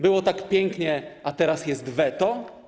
Było tak pięknie, a teraz jest weto?